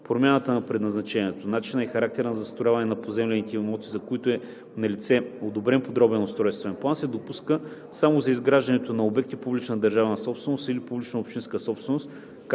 Промяна на предназначението, начина и характера на застрояване на поземлените имоти, за които е налице одобрен подробен устройствен план, се допуска само за изграждането на обекти – публична държавна собственост или публична общинска собственост,